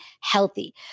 healthy